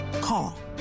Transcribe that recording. Call